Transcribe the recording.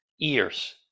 ears